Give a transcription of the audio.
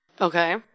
Okay